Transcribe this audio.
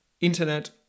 internet